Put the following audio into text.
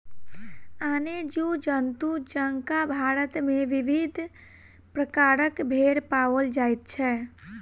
आने जीव जन्तु जकाँ भारत मे विविध प्रकारक भेंड़ पाओल जाइत छै